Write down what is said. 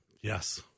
Yes